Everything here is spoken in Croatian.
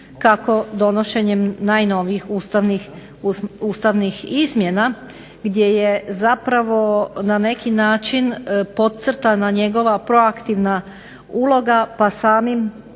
kako donošenjem najnovijih Ustavnih izmjena gdje je na neki način podcrtana njegova proaktivna uloga pa samom